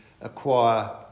acquire